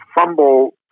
Fumble